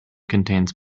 contains